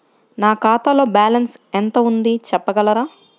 నా ఖాతాలో బ్యాలన్స్ ఎంత ఉంది చెప్పగలరా?